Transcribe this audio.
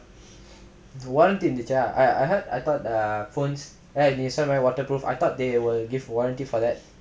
warranty இருந்துச்சா:irunthuchaa I I heard I thought the phones this one my waterproof I thought they will give warranty for that